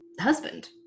husband